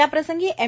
याप्रसंगी एम